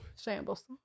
Shambles